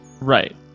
Right